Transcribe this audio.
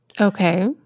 Okay